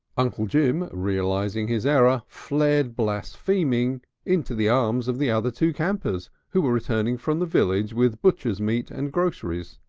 uncle jim, realising his error, fled blaspheming into the arms of the ah other two campers, who were returning from the village with butcher's meat and groceries.